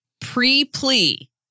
pre-plea